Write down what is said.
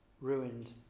ruined